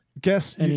Guess